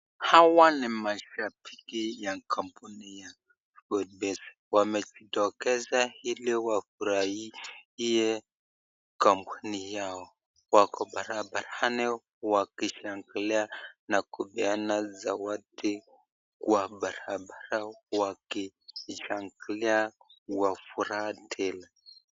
Hawa ni mashabiki wa kampuni Sportpesa wametokezea ili wafurahie kampuni yao, wako barabarani wakishangilia na kupeana zawadi kwa barabara wakishangilia kwa furaha tele.